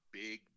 big